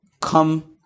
come